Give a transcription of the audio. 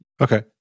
Okay